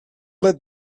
let